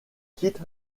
quitte